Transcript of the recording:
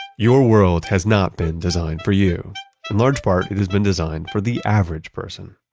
your world has not been designed for you. in large part, it has been designed for the average person.